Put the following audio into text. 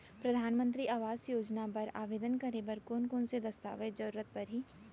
परधानमंतरी आवास योजना बर आवेदन करे बर कोन कोन से दस्तावेज के जरूरत परही?